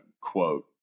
quote